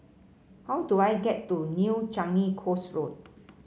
how do I get to New Changi Coast Road